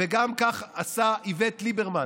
וכך עשה גם איווט ליברמן.